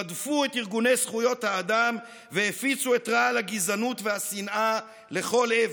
רדפו את ארגוני זכויות האדם והפיצו את רעל הגזענות והשנאה לכל עבר.